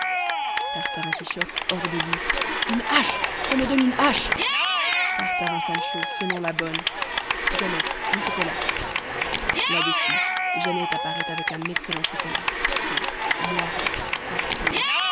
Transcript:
tartarin quichotte hors de lui une hache qu'on me donne une hache tartarin sancho sonnant la bonne jeannette mon chocolat là-dessus jeannette apparaît avec un excellent chocolat chaud moiré parfumé